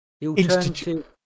Institute